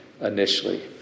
initially